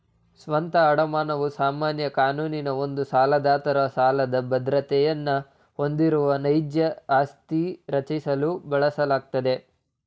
ಸ್ವಂತ ಅಡಮಾನವು ಸಾಮಾನ್ಯ ಕಾನೂನಿನ ಒಂದು ಸಾಲದಾತರು ಸಾಲದ ಬದ್ರತೆಯನ್ನ ಹೊಂದಿರುವ ನೈಜ ಆಸ್ತಿ ರಚಿಸಲು ಬಳಸಲಾಗುತ್ತೆ